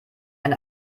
ein